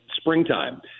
springtime